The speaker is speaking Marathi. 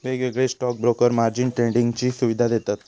वेगवेगळे स्टॉक ब्रोकर मार्जिन ट्रेडिंगची सुवीधा देतत